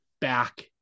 back